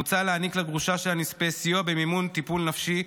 מוצע להעניק לגרושה של הנספה סיוע במימון טיפול נפשי,